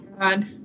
God